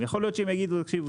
יכול להיות שהם יגידו תקשיב .